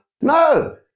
No